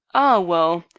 ah, well.